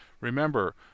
Remember